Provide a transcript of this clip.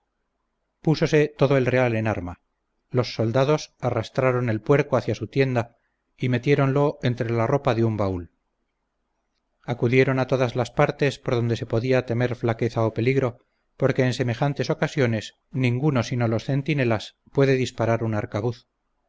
púsose todo el real en arma los soldados arrastraron el puerco hacia su tienda y metieronlo entre la ropa de un baúl acudieron a todas las partes por donde se podía temer flaqueza o peligro porque en semejantes ocasiones ninguno sino los centinelas puede disparar un arcabuz